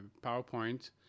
PowerPoint